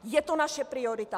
Je to naše priorita.